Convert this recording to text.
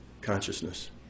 consciousness